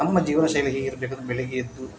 ನಮ್ಮ ಜೀವನಶೈಲಿ ಹೇಗಿರ್ಬೇಕಂದ್ರೆ ಬೆಳಿಗ್ಗೆ ಎದ್ದು